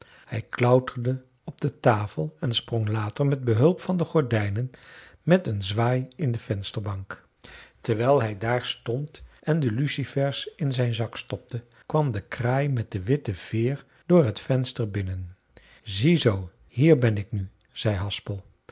hij klauterde op de tafel en sprong later met behulp van de gordijnen met een zwaai in de vensterbank terwijl hij daar stond en de lucifers in zijn zak stopte kwam de kraai met de witte veer door het venster binnen ziezoo hier ben ik nu zei